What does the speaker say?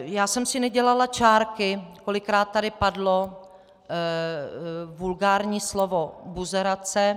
Já jsem si nedělala čárky, kolikrát tady padlo vulgární slovo buzerace.